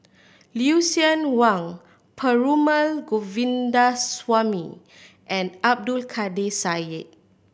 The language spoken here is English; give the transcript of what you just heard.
Lucien Wang Perumal Govindaswamy and Abdul Kadir Syed